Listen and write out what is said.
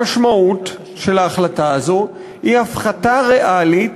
המשמעות של ההחלטה הזאת היא הפחתה ריאלית